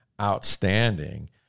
outstanding